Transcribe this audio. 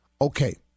Okay